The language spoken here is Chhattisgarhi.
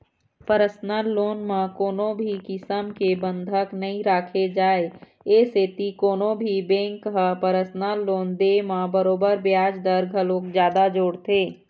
परसनल लोन म कोनो भी किसम के बंधक नइ राखे जाए ए सेती कोनो भी बेंक ह परसनल लोन दे म बरोबर बियाज दर घलोक जादा जोड़थे